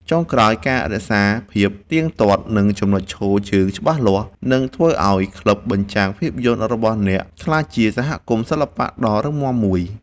ចុងក្រោយ ការរក្សាភាពទៀងទាត់ និងចំណុចឈរជើងច្បាស់លាស់ នឹងធ្វើឱ្យក្លឹបបញ្ចាំងភាពយន្តរបស់អ្នកក្លាយជាសហគមន៍សិល្បៈដ៏រឹងមាំមួយ។